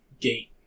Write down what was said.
gate